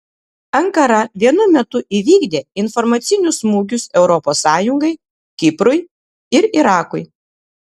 ankara vienu metu įvykdė informacinius smūgius europos sąjungai kiprui ir irakui